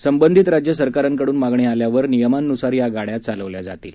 संबंधित राज्य सरकारांकडून मागणी आल्यावर नियमांनुसार या गाड्या चालवल्या जातील